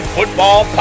Football